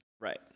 Right